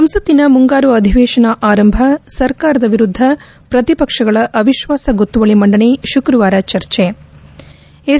ಸಂಸತ್ತಿನ ಮುಂಗಾರು ಅಧಿವೇಶನ ಆರಂಭ ಸರ್ಕಾರದ ವಿರುದ್ಧ ಪ್ರತಿಪಕ್ಷಗಳ ಅವಿಶ್ವಾಸ ಗೊತ್ತುವಳಿ ಮಂಡನೆ ಶುಕ್ರವಾರ ಚರ್ಚೆ ಎಸ್